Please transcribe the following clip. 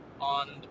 on